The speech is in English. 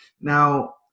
Now